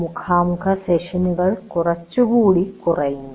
മുഖാമുഖ സെഷനുകൾ കുറച്ചുകൂടി കുറയുന്നു